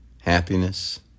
happiness